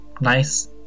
nice